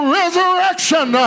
resurrection